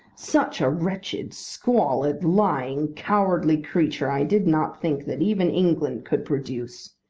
such a wretched, squalid, lying, cowardly creature i did not think that even england could produce.